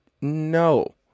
no